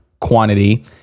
quantity